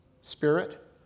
Spirit